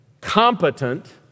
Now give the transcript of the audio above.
competent